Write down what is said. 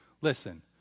Listen